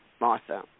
Martha